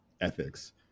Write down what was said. ethics